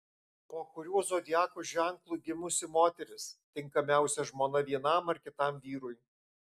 po kuriuo zodiako ženklu gimusi moteris tinkamiausia žmona vienam ar kitam vyrui